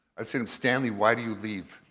i said, stanley why do you leave?